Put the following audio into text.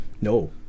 no